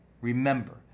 remember